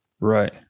right